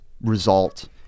result